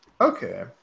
Okay